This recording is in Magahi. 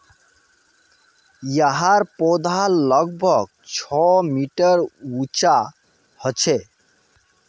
याहर पौधा लगभग छः मीटर उंचा होचे